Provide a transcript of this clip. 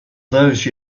those